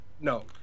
no